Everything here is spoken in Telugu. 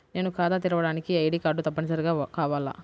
నేను ఖాతా తెరవడానికి ఐ.డీ కార్డు తప్పనిసారిగా కావాలా?